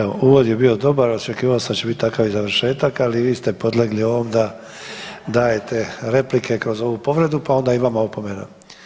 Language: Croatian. Evo uvod je bio dobar, očekivao sam da će biti takav i završetak, ali i vi ste podlegli ovom da dajete replike kroz ovu povredu, pa onda i vama opomena.